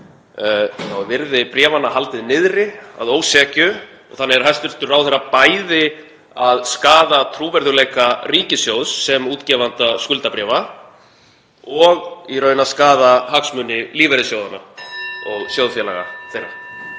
er virði bréfanna haldið niðri að ósekju og þannig er hæstv. ráðherra bæði að skaða trúverðugleika ríkissjóðs sem útgefanda skuldabréfa og í raun að skaða hagsmuni lífeyrissjóðanna og sjóðfélaga þeirra.